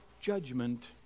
judgment